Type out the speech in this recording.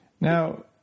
Now